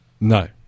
No